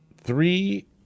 three